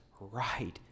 right